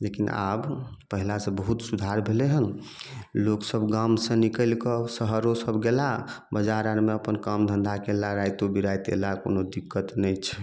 लेकिन आब पहिले से बहुत सुधार भेलै हन लोकसब गाम से निकलिके शहरो सब गेला बजार आरमे अप्पन काम धंधा कयला रातिओ बिराति अयला कोनो दिक्कत नहि छै